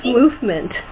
movement